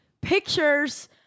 pictures